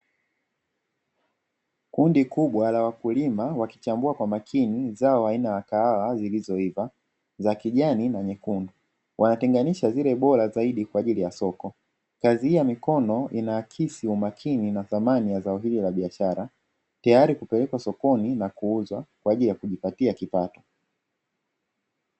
Kundi kubwa la wakulima wakichambua kwa makini zao aina ya kahawa zilizoiva za kijani na nyekundu, wanatenganisha zile bora zaidi kwa ajili ya soko. Kazi hii ya mikono inaakisi umakini na thamani ya zao hili la biashara, tayari kupelekwa sokoni na kuuzwa kwa ajili ya kujipatia kipato.